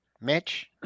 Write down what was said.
mitch